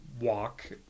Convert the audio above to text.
walk